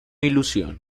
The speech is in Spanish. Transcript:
ilusión